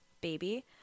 baby